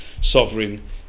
sovereign